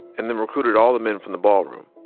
and then recruited all the men from the ballroom.